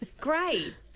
Great